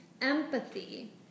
empathy